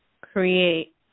create